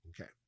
Okay